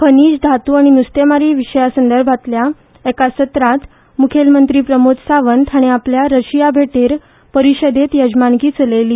खनिज धातू आनी नुस्तेमारी विशया संदभाांतल्या एका सत्रांत मुखेलमंत्री प्रमोद सावंत हांणी आपल्या रशिया भेटेर परिशदेंत येजमानकी चलयली